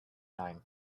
nine